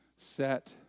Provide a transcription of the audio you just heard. set